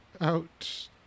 out